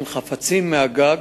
נזרקו על שוטרים חפצים מגג